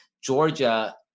Georgia